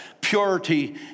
purity